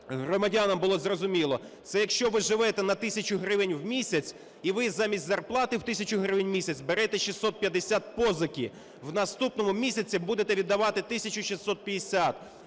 громадянам було зрозуміло, це якщо ви живете на тисячу гривень в місяць, і ви замість зарплати в тисячу гривень в місяць берете 650 позики. В наступному місяці будете віддавати 1650,